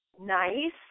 nice